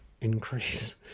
increase